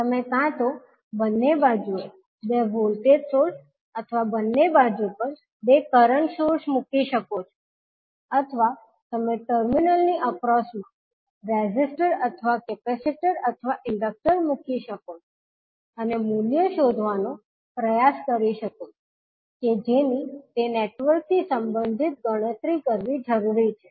તમે કાં તો બંને બાજુએ બે વોલ્ટેજ સોર્સ અથવા બંને બાજુ પર બે કરંટ સોર્સ મૂકી શકો છો અથવા તમે ટર્મિનલની એક્રોસમા રેઝિસ્ટર અથવા કેપેસિટર અથવા ઈન્ડકટર મૂકી શકો છો અને મૂલ્યો શોધવાનો પ્રયાસ કરી શકો છો કે જેની તે નેટવર્કથી સંબંધિત ગણતરી કરવી જરૂરી છે